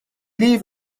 leave